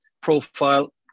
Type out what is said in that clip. profile